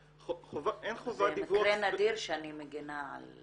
זה מקרה נדיר שאני מגינה על